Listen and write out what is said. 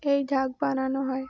এই ঢাক বানানো হয়